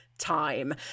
time